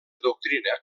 doctrina